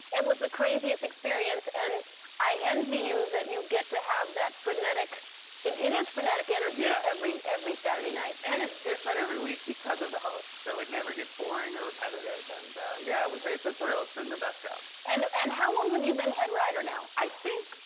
it was the craziest experience, and i envy you that you get to have that frenetic it it is frenetic energy yeah every every saturday night. and it's different every week because of the hosts, so it never gets boring or repetitive. and yeah, it's a thrill. it's been the best job. and and how long have you been head writer now? i think,